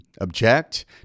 object